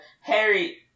Harry